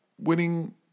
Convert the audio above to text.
winning